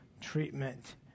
treatment